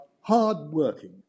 hardworking